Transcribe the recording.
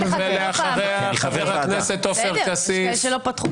תמשיכי, תמשיכי לענות לזה,